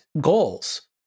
goals